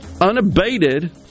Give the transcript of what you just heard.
unabated